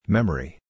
Memory